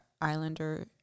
Islander